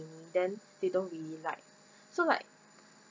then they don't really like so like